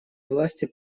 власти